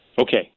Okay